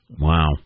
Wow